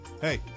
Hey